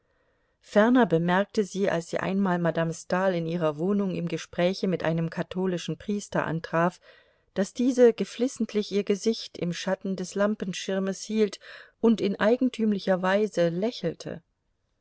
ferner bemerkte sie als sie einmal madame stahl in ihrer wohnung im gespräch mit einem katholischen priester antraf daß diese geflissentlich ihr gesicht im schatten des lampenschirmes hielt und in eigentümlicher weise lächelte